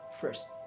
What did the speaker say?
first